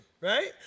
right